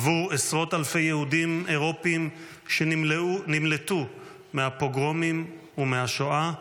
עבור עשרות אלפי יהודים אירופאים שנמלטו מהפוגרומים ומהשואה,